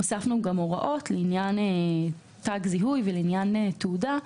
הוספנו הוראות לעניין תג זיהוי ולעניין תעודה,